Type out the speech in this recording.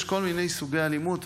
יש כל מיני סוגי אלימות,